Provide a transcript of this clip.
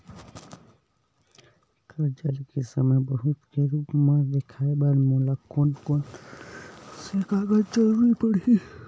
कर्जा ले के समय सबूत के रूप मा देखाय बर मोला कोन कोन से कागज के जरुरत पड़ही?